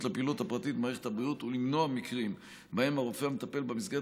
לפעילות הפרטית במערכת הבריאות ולמנוע מקרים שבהם מי שמטופל במסגרת